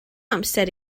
amser